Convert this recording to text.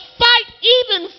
fight—even